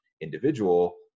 individual